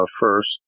first